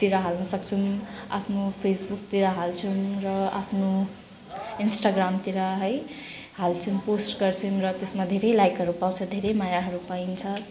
तिर हाल्नसक्छौँ आफ्नो फेसबुकतिर हाल्छौँ र आफ्नो इन्स्टाग्रामतिर है हाल्छौँ पोस्ट गर्छौँ र त्यसमा धेरै लाइकहरू पाउँछ धेरै मायाहरू पाइन्छ